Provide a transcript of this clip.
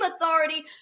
authority